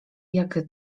jak